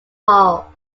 hall